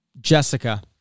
Jessica